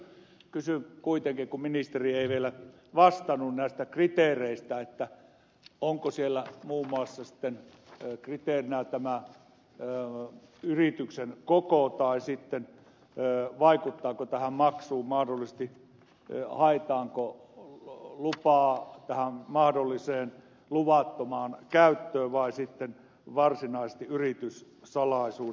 kysyn kuitenkin kun ministeri ei vielä vastannut näistä kriteereistä onko siellä muun muassa sitten kriteerinä yrityksen koko vaikuttaako tähän maksuun mahdollisesti se haetaanko lupaa mahdollisen luvattoman käytön vai sitten varsinaisesti yrityssalaisuuden valvontaan